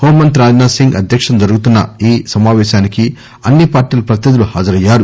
home మంత్రి రాజ్నాథ్ సింగ్ అధ్యక్షతన జరుగుతున్న ఈ సమాపేశానికి అన్ని పార్టీల ప్రతినిధులు హాజరయ్యారు